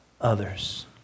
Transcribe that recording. others